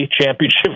championship